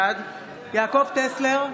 בעד יעקב טסלר,